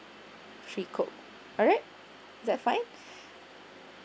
three coke alright that fine